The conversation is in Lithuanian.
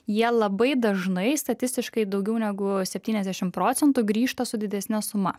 jie labai dažnai statistiškai daugiau negu septyniasdešimt procentų grįžta su didesne suma